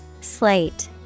Slate